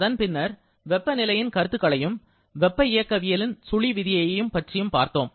அதன் பின்னர் வெப்பநிலையின் கருத்துக்களையும் வெப்ப இயக்கவியலின் சுழி விதியைப் பற்றியும் பார்த்தோம்